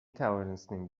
توانستیم